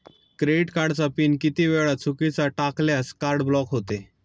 Credit कार्डचा PIN किती वेळा चुकीचा टाकल्यास कार्ड ब्लॉक होते?